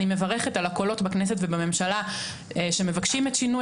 אני מברכת על הקולות בכנסת ובממשלה שמבקשים את שינוי